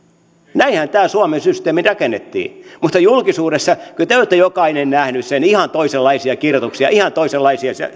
näinhän tämä suomen systeemi rakennettiin mutta julkisuudessa kyllä te olette jokainen nähneet sen oli ihan toisenlaisia kirjoituksia ihan toisenlaisia